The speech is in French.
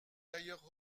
d’ailleurs